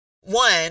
one